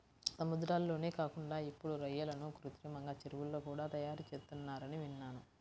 సముద్రాల్లోనే కాకుండా ఇప్పుడు రొయ్యలను కృత్రిమంగా చెరువుల్లో కూడా తయారుచేత్తన్నారని విన్నాను